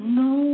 no